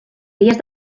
dies